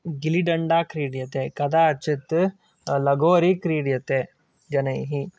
गिलीडण्डा क्रीड्यते कदाचित् लगोरि क्रीड्यते जनैः